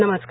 नमस्कार